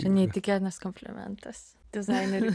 čia neįtikėtinas komplimentas dizaineriui